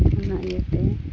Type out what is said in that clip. ᱚᱱᱟ ᱤᱭᱟᱹᱛᱮ